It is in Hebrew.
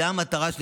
זאת המטרה.